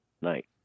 night